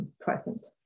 present